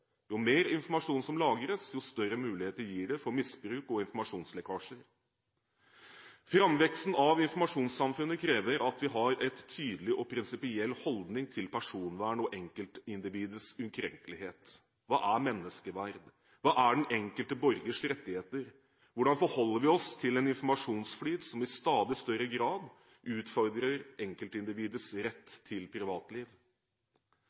Jo mer informasjon som lagres, jo større muligheter gir det for misbruk og informasjonslekkasjer. Framveksten av informasjonssamfunnet krever at vi har en tydelig og prinsipiell holdning til personvern og enkeltindividets ukrenkelighet. Hva er menneskeverd? Hva er den enkelte borgers rettigheter? Hvordan forholder vi oss til en informasjonsflyt som i stadig større grad utfordrer enkeltindividets